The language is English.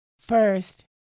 first